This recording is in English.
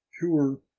pure